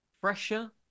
fresher